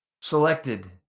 selected